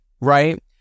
right